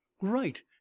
right